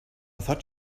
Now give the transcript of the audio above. thought